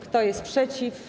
Kto jest przeciw?